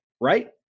right